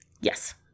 Yes